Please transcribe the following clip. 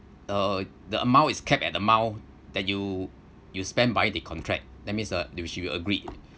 uh the amount is capped at amount that you you spent buying the contract that means uh th~ which you agreed